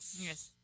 Yes